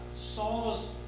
Saul's